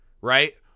Right